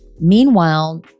Meanwhile